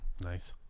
Nice